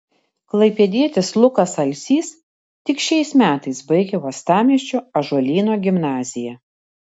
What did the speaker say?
klaipėdietis lukas alsys tik šiais metais baigė uostamiesčio ąžuolyno gimnaziją